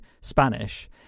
spanish